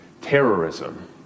terrorism